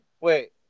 Wait